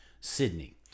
Sydney